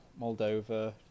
Moldova